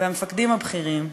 והמפקדים הבכירים,